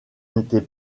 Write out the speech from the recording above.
n’était